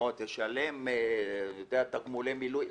למשל תגמולי מילואים,